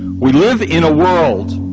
we live in a world.